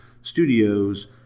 studios